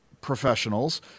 professionals